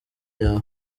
yawe